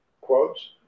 quotes